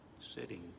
sitting